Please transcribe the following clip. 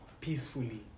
peacefully